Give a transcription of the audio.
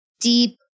deep